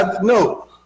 No